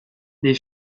les